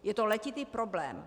Je to letitý problém.